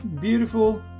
beautiful